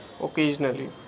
occasionally